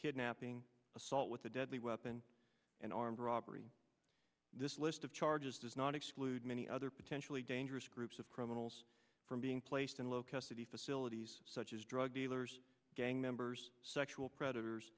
kidnapping assault with a deadly weapon and armed robbery this list of charges does not exclude many other potentially dangerous groups of criminals from being placed in low custody facilities such as drug dealers gang members sexual predators